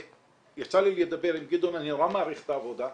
יצא לי לדבר עם גדעון, אני נורא מעריך את העבודה,